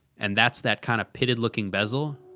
and that's that kind of pitted looking bezel.